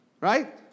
Right